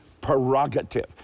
prerogative